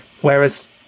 Whereas